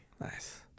Nice